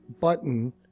button